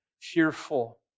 fearful